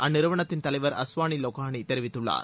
அந்நிறுவனத்தின் தலைவர் அஸ்வானி லொகானி தெரிவித்துள்ளார்